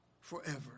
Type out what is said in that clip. forever